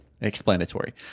explanatory